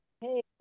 Hey